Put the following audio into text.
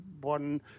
one